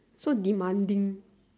so demanding